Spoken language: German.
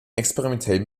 experimentellen